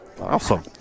Awesome